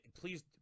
please